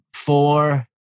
four